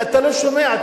כי אתה לא שומע.